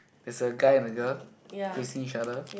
there's a guy and a girl facing each other